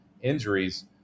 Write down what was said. injuries